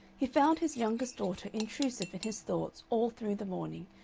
he found his youngest daughter intrusive in his thoughts all through the morning,